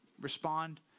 respond